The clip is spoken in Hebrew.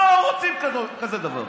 לא רוצים כזה דבר.